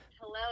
Hello